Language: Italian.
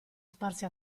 sparse